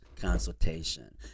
consultation